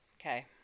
Okay